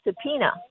subpoena